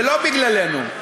ולא בגללנו.